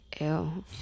Ew